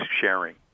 sharing